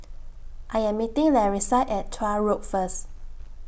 I Am meeting Larissa At Tuah Road First